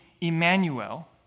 Emmanuel